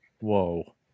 Whoa